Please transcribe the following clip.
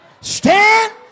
Stand